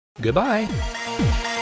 Goodbye